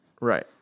Right